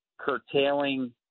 curtailing